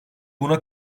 buna